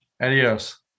Adios